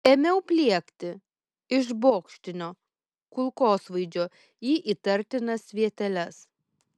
ėmiau pliekti iš bokštinio kulkosvaidžio į įtartinas vieteles